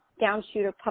down-shooter